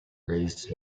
raised